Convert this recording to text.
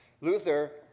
Luther